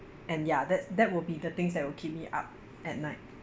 and ya that that would be the things that will keep me up at night